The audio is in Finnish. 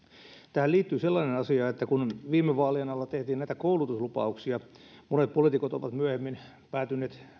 tähän liittyy sellainen asia että kun viime vaalien alla tehtiin näitä koulutuslupauksia monet poliitikot ovat myöhemmin päätyneet